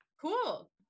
cool